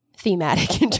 thematic